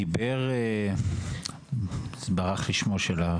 דיבר, ברח לי שמו.